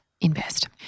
invest